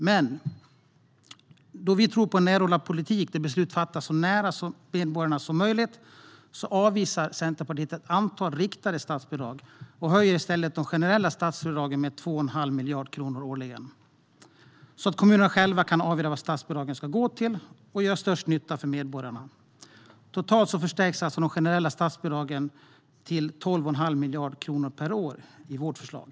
Men då vi tror på en närodlad politik där beslut fattas så nära medborgarna som möjligt avvisar Centerpartiet ett antal riktade statsbidrag och höjer i stället de generella statsbidragen med 2,5 miljarder kronor årligen, så att kommunerna själva kan avgöra vad statsbidragen ska gå till och var de gör störst nytta för medborgarna. Totalt förstärks alltså de generella statsbidragen med 12,5 miljarder kronor per år i vårt förslag.